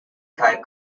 type